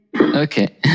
Okay